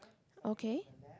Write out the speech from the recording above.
okay